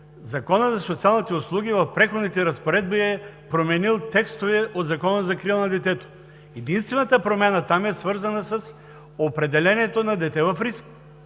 Законът за социалните услуги в Преходните разпоредби е променил текстове от Закона за закрила на детето. Единствената промяна там е свързана с определението на „Дете в риск“.